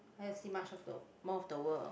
I like to see much of the more of the world